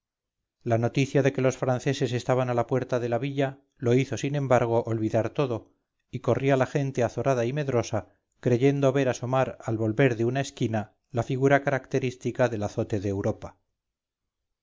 la noticia de que los franceses estaban a las puertas de la villa lo hizo sin embargo olvidar todo y corría la gente azorada y medrosa creyendo ver asomar al volver de una esquina la figura característica del azote de europa